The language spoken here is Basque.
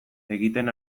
egiten